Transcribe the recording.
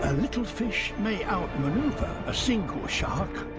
and little fish may outmaneuver a single shark,